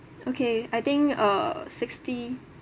okay I think uh sixty